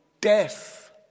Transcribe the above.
death